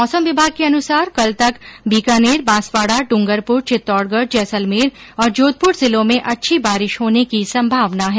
मौसम विभाग के अनुसार कल तक बीकानेर बांसवाड़ा ड्रंगरपुर चित्तौड़गढ जैसलमेर और जोधप्र जिलों में अच्छी बारिश होने की संभावना है